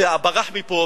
שברח מפה,